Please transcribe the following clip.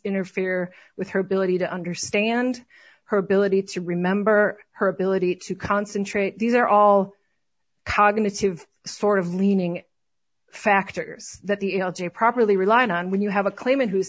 interfere with her ability to understand her ability to remember her ability to concentrate these are all cognitive sort of leaning factors that the l j properly relying on when you have a claim and who's